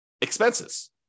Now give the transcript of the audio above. expenses